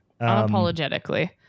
Unapologetically